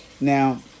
Now